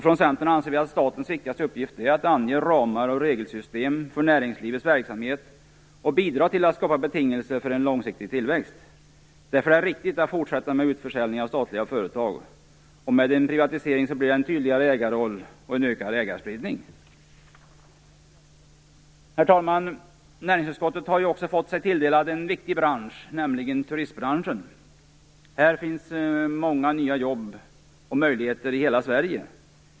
Från Centern ser vi att statens viktigaste uppgift är att ange ramar och regelsystem för näringslivets verksamhet och bidra till att skapa betingelser för en långsiktig tillväxt. Därför är det riktigt att fortsätta med utförsäljning av statliga företag. Med en privatisering blir det en tydligare ägarroll och en ökad ägarspridning. Herr talman! Näringsutskottet har också fått sig tilldelad en viktig bransch, nämligen turistbranschen. Här finns många nya jobb och möjligheter i hela Sverige.